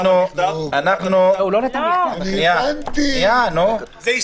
אנחנו רוצים הצבעה אבל אנחנו מבקשים